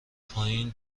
پایین